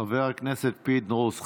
חבר הכנסת פינדרוס,